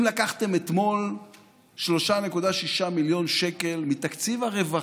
אם לקחתם אתמול 3.6 מיליון שקל מתקציב הרווחה,